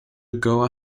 goa